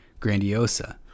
grandiosa